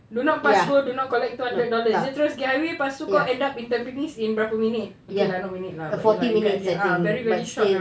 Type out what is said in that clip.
do not pass do not collect two hundred dollars dia terus pergi highway lepas tu kau end up in tampines in berapa minute okay lah not minute lah but iya lah you get the idea ya ya very short ah